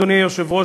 אדוני היושב-ראש,